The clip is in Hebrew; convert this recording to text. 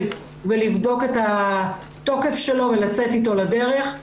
ולבדוק את התוקף שלו ולצאת איתו לדרך.